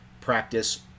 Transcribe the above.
practice